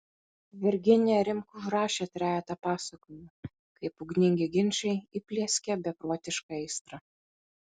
virginija rimk užrašė trejetą pasakojimų kaip ugningi ginčai įplieskė beprotišką aistrą